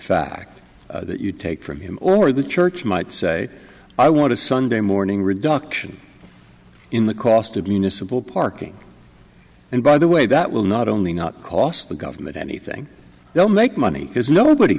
fact that you take from him or the church might say i want a sunday morning reduction in the cost of municipal parking and by the way that will not only not cost the government anything they'll make money because nobody